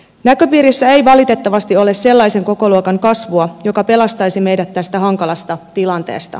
näköpiirissä ei valitettavasti ole sellaisen kokoluokan kasvua joka pelastaisi meidät tästä hankalasta tilanteesta